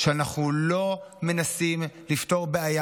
שאנחנו לא מנסים לפתור בעיה,